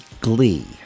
glee